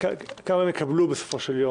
כמה יקבלו בסופו של יום.